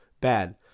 Bad